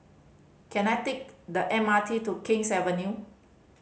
can I take the M R T to King's Avenue